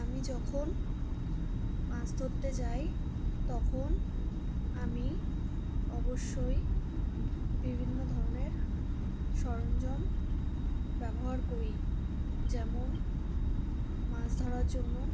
আমি যখন মাছ ধরতে যাই তখন আমি অবশ্যই বিভিন্ন ধরনের সরঞ্জাম ব্যবহার করি যেমন মাছ ধরার জন্য